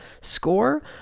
score